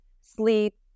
sleep